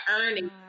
earning